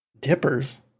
Dippers